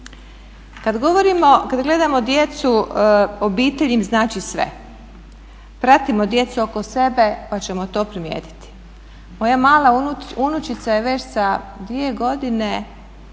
Kad gledamo djecu obitelj im znači sve. Pratimo djecu oko sebe pa ćemo to primijetiti. Moja mala unučica je već sa 2 godine